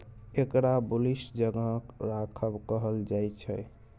एकरा बुलिश जगह राखब कहल जायछे